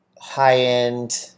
high-end